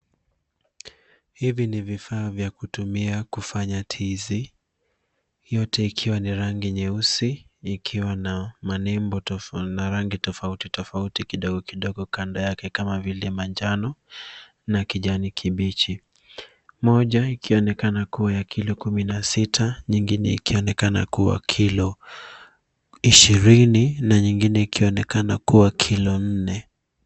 Hivi ni vifaa vya kutumia kufanya tizi yote ikiwa ni rangi nyeusi ikiwa na manembo na rangi tofauti, tofauti, kidogo, kidogo, kando yake kama vile manjano na kijani kibichi. Moja ikionekana kuwa ya kilo kumi na sita, nyingine ikionekana kuwa kilo ishirini, na nyingine ikionekana kuwa kilo nne.